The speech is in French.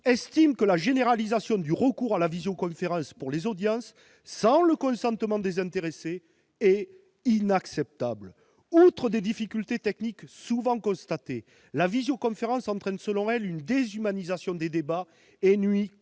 estime que la généralisation du recours à la visioconférence pour les audiences sans le consentement des intéressés est inacceptable. Outre les difficultés techniques souvent constatées, la visioconférence entraîne, selon elle, une déshumanisation des débats et nuit